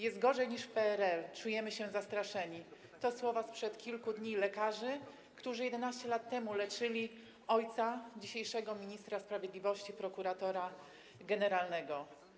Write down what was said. Jest gorzej niż w PRL, czujemy się zastraszeni - to słowa sprzed kilku dni lekarzy, którzy 11 lat temu leczyli ojca dzisiejszego ministra sprawiedliwości - prokuratora generalnego.